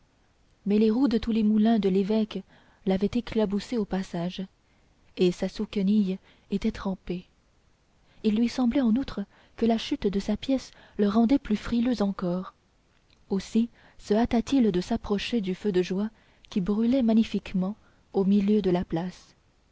mais les roues de tous les moulins de l'évêque l'avaient éclaboussé au passage et sa souquenille était trempée il lui semblait en outre que la chute de sa pièce le rendait plus frileux encore aussi se hâta-t-il de s'approcher du feu de joie qui brûlait magnifiquement au milieu de la place